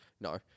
No